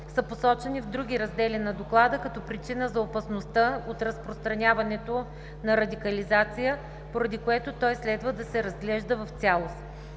са посочени в други раздели на Доклада като причина за опасността от разпространяването на радикализация, поради което той следва да се разглежда в цялост.